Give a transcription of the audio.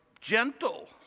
gentle